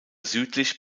südlich